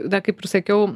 na kaip ir sakiau